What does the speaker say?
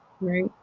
right